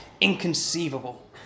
inconceivable